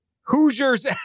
Hoosiers